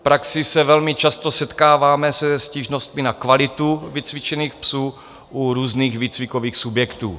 V praxi se velmi často setkáváme se stížnostmi na kvalitu vycvičených psů u různých výcvikových subjektů.